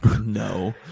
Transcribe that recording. No